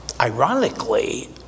ironically